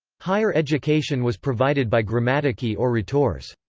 higher education was provided by grammatici or rhetores.